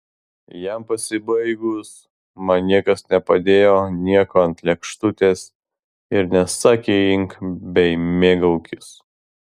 jam pasibaigus man niekas nepadėjo nieko ant lėkštutės ir nesakė imk bei mėgaukis